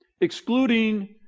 Excluding